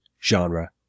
Genre